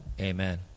Amen